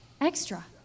extra